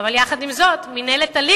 ואכן, נשים מקבלות 1.4 מיליון.